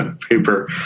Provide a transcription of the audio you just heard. paper